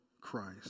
Christ